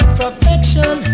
perfection